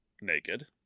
naked